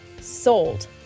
sold